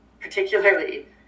particularly